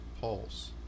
pulse